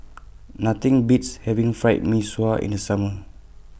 Nothing Beats having Fried Mee Sua in The Summer